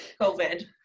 COVID